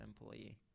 employee